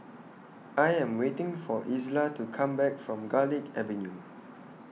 I Am waiting For Isla to Come Back from Garlick Avenue